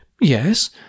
yes